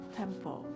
temple